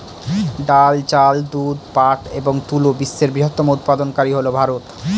ডাল, চাল, দুধ, পাট এবং তুলা বিশ্বের বৃহত্তম উৎপাদনকারী হল ভারত